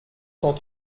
cent